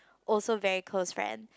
also very close friend